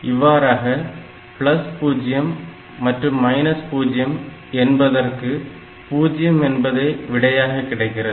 இவ்வாறாக 0 மற்றும் 0 என்பதற்கு 0 என்பதே விடையாகக் கிடைக்கிறது